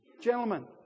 Gentlemen